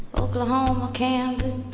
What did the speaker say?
oklahoma, kansas,